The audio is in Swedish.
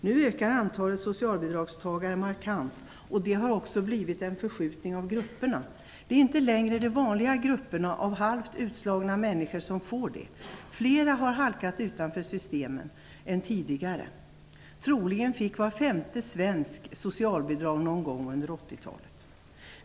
Nu ökar antalet socialbidragstagare markant, och det har också blivit en förskjutning av grupperna. Det är inte längre de vanliga grupperna av halvt utslagna människor som får socialbidrag. Flera än tidigare har halkat utanför systemen. Troligen fick var femte svensk socialbidrag någon gång under 80-talet.